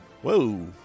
Whoa